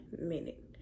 minute